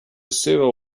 civil